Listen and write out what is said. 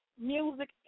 music